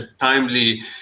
timely